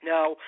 Now